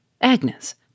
Agnes